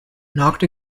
knocked